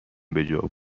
بجا